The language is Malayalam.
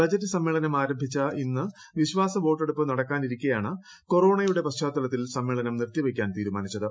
ബജറ്റ് സമ്മേളനം ആരംഭിച്ച ഇന്ന് വിശ്വാസ വോട്ടെടുപ്പ് നടക്കാനിരിക്കെയാണ് കൊറോണയുടെ പശ്ചാത്തലത്തിൽ സമ്മേളനം നിർത്തിവയ്ക്കാൻ തീരുമാനിച്ചത്